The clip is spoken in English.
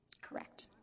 Correct